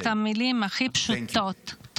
אתחיל באמירת המילים הפשוטות ביותר,